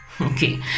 okay